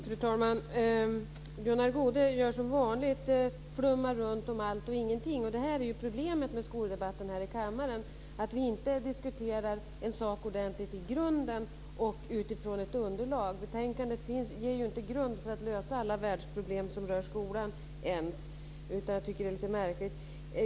Fru talman! Gunnar Goude gör som vanligt. Han flummar runt om allt och ingenting. Och det är ju problemet med skoldebatten här i kammaren. Vi diskuterar inte en sak ordentligt i grunden och utifrån ett underlag. Betänkandet ger ju inte grund för att lösa alla världsproblem som rör ens skolan. Jag tycker att det är lite märkligt.